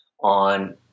on